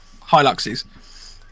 Hiluxes